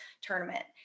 tournament